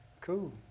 Cool